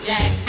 Jack